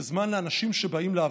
זה זמן לאנשים שבאים לעבוד.